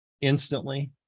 instantly